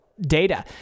data